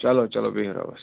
چلو چلو بیٚہِو رۄبَس حَوالہٕ